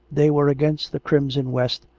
they were against the crimson west,